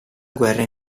guerra